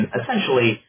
essentially